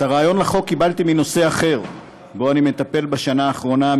את הרעיון לחוק קיבלתי מנושא אחר שבו אני מטפל בשנה האחרונה,